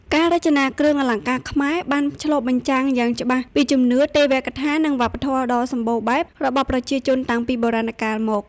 ការរចនាគ្រឿងអលង្ការខ្មែរបានឆ្លុះបញ្ចាំងយ៉ាងច្បាស់ពីជំនឿ ទេវកថា និងវប្បធម៌ដ៏សម្បូរបែបរបស់ប្រជាជនតាំងពីបុរាណកាលមក។